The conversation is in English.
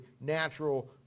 natural